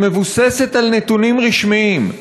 שמבוססת על נתונים רשמיים,